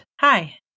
Hi